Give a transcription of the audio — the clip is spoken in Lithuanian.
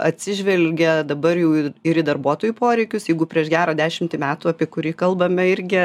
atsižvelgia dabar jau ir į darbuotojų poreikius jeigu prieš gerą dešimtį metų apie kurį kalbame irgi